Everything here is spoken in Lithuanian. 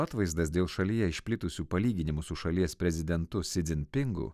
atvaizdas dėl šalyje išplitusių palyginimų su šalies prezidentu si dzinpingu